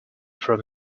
from